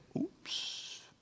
Oops